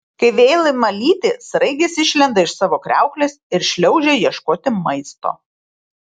kai vėl ima lyti sraigės išlenda iš savo kriauklės ir šliaužia ieškoti maisto